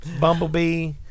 Bumblebee